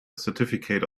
certificate